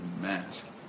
mask